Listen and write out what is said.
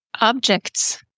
objects